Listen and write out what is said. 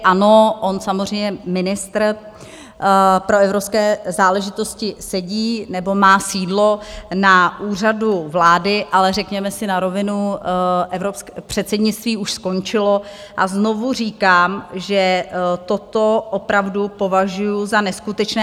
Ano, on samozřejmě ministr pro evropské záležitosti má sídlo na Úřadu vlády, ale řekněme si na rovinu, evropské předsednictví už skončilo a znovu říkám, že toto opravdu považuju za neskutečné.